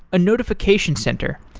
a notification center,